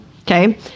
okay